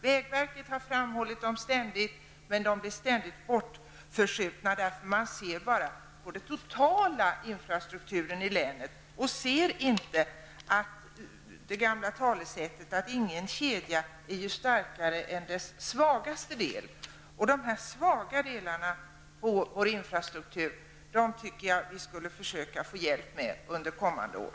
Vägverket framhåller dem ständigt, men de blir ständigt bortskjutna eftersom man endast ser på den totala infrastrukturen i länet. Man tänker inte på det gamla talesättet att ingen kedja är starkare än sin svagaste länk. De svaga länkarna i vår infrastruktur tycker jag att vi skulle försöka få hjälp med under kommande år.